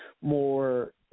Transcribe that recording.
more